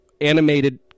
animated